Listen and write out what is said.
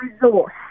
resource